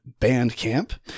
Bandcamp